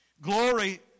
Glory